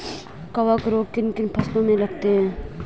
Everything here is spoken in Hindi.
कवक रोग किन किन फसलों में लगते हैं?